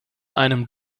einem